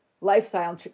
lifestyle